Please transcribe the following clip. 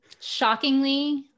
Shockingly